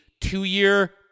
two-year